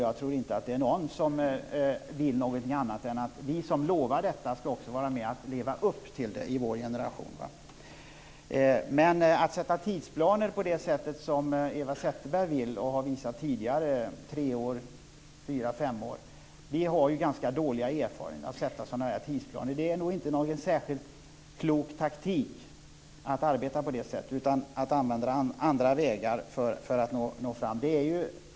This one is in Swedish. Jag tror inte att någon vill något annat än att vi som lovar detta också skall leva upp till det under vår generation. När det gäller att sätta tidsplaner på det sätt som Eva Zetterberg vill göra och tidigare har visat på - tre, fyra eller fem år - måste jag säga att vi har ganska dåliga erfarenheter av sådant. Det är nog inte en särskilt klok taktik att arbeta på det sättet. I stället skall man nog välja andra vägar för att nå fram.